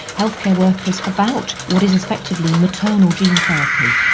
healthcare workers, about what is effectively maternal gene therapy,